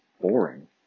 boring